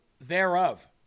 thereof